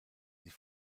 sie